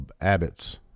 Abbott's